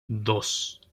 dos